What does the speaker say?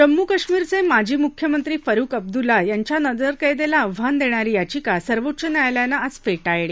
जम्मू कश्मीरचे माजी मुख्यमंत्री फारुख अब्दुल्ला यांच्या नजरकद्विला आव्हान देणारी याचिका सर्वोच्च न्यायालयानं आज फेटाळली